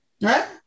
Right